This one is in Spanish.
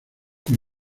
con